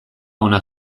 ona